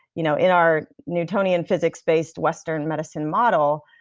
you know in our newtonian physics based western medicine model,